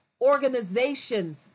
organization